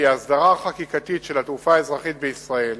כי ההסדרה החקיקתית של התעופה האזרחית בישראל